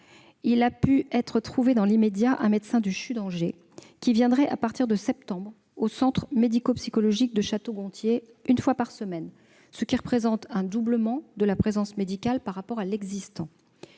on a pu obtenir qu'un médecin du CHU d'Angers se rende à partir de septembre prochain au centre médico-psychologique de Château-Gontier une fois par semaine, ce qui représente un doublement de la présence médicale par rapport à l'existant.